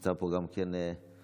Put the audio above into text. נמצא פה גם משה ברים,